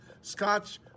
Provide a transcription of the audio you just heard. scotch